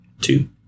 Two